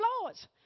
lords